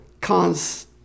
cons